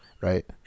Right